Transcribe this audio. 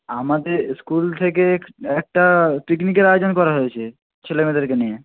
আমাদের স্কুল থেকে একটা পিকনিকের আয়োজন করা হয়েছে ছেলেমেয়েদেরকে নিয়ে